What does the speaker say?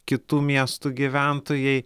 kitų miestų gyventojai